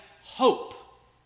hope